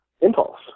impulse